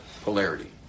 polarity